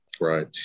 Right